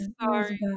sorry